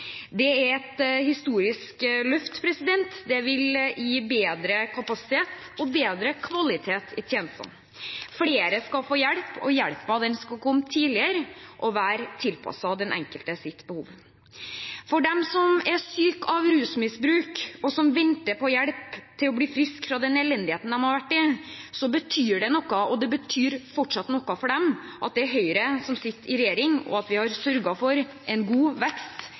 Det er et historisk løft. Det vil gi bedre kapasitet og bedre kvalitet i tjenestene. Flere skal få hjelp, og hjelpen skal komme tidligere og være tilpasset den enkeltes behov. For dem som er syke av rusmisbruk, og som venter på hjelp til å bli friske fra den elendigheten de har vært i, betyr det noe – og det betyr fortsatt noe for dem – at det er Høyre som sitter i regjering, og at vi har sørget for en god vekst